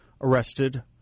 arrested